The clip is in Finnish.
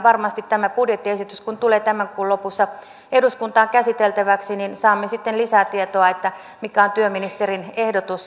varmasti kun tämä budjettiesitys tulee tämän kuun lopussa eduskuntaan käsiteltäväksi saamme sitten lisää tietoa siitä mikä on työministerin ehdotus